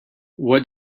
what